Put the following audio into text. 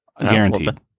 Guaranteed